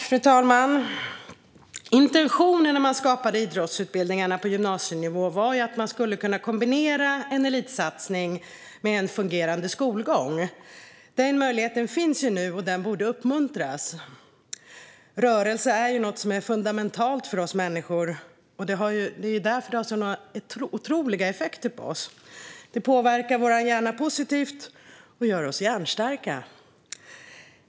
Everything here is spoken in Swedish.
Fru talman! Intentionen när man skapade idrottsutbildningarna på gymnasienivå var att det skulle gå att kombinera en elitsatsning med en fungerande skolgång. Den möjligheten finns ju nu och den borde uppmuntras. Rörelse är något som är fundamentalt för oss människor, och det är därför som det har så otroliga effekter på oss. Det påverkar vår hjärna positivt och gör oss hjärnstarka.